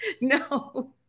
No